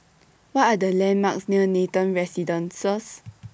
What Are The landmarks near Nathan Residences